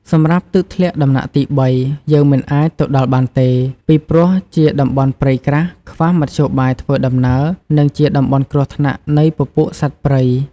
សម្រាប់ទឹកធ្លាក់ដំណាក់ទី៣ យើងមិនអាចទៅដល់បានទេ ពីព្រោះជាតំបន់ព្រៃក្រាស់ ខ្វះមធ្យោបាយធ្វើដំណើរ និង ជាតំបន់គ្រោះថ្នាក់នៃពពួកសត្វព្រៃ។